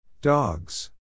Dogs